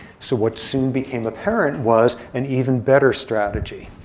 so what soon became apparent was an even better strategy,